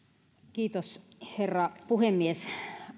kiitos herra puhemies